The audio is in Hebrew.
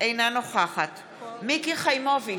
אינה נוכחת מיקי חיימוביץ'